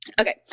Okay